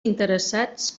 interessats